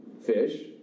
fish